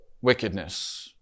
wickedness